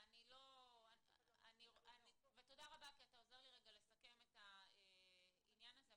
תודה רבה, כי אתה עוזר לי לסכם את הדבר הזה.